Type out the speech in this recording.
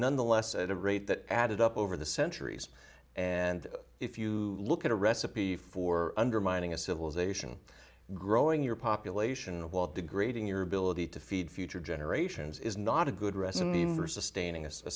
nonetheless at a rate that added up over the centuries and if you look at a recipe for undermining a civilization growing your population while degrading your ability to feed future generations is not a good